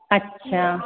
अच्छा